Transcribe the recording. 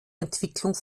entwicklung